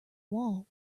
wall